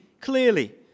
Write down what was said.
clearly